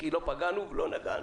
כי לא פגענו ולא נגענו.